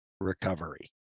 recovery